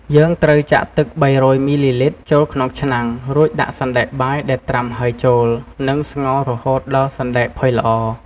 យើងត្រូវចាក់ទឹក ៣០០ មីលីលីត្រ ចូលក្នុងឆ្នាំង រួចដាក់សណ្ដែកបាយដែលត្រាំហើយចូល និងស្ងោររហូតដល់សណ្ដែកផុយល្អ។